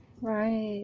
Right